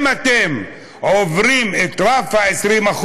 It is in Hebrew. אם אתם עוברים את רף ה-20%,